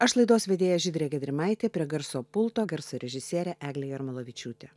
aš laidos vedėja žydrė gedrimaitė prie garso pulto garso režisierė eglė jarmolavičiūtė